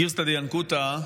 גרסא דינקותא,